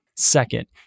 Second